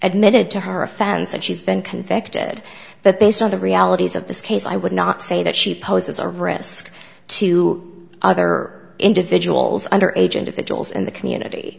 admitted to her offense and she's been convicted but based on the realities of this case i would not say that she poses a risk to other individuals under age individuals in the community